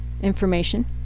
information